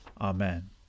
Amen